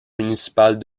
municipales